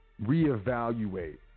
reevaluate